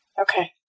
Okay